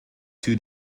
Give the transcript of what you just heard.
two